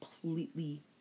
completely